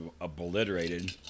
obliterated